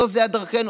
לא זו דרכנו.